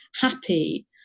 happy